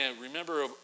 remember